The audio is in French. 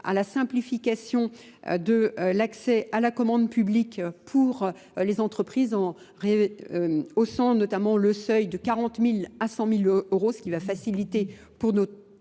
à la simplification de l'accès à la commande publique pour les entreprises en haussant notamment le seuil de 40 000 à 100 000 euros ce qui va faciliter pour notre